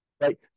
right